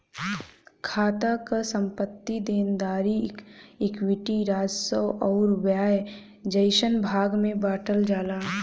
खाता क संपत्ति, देनदारी, इक्विटी, राजस्व आउर व्यय जइसन भाग में बांटल जाला